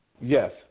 Yes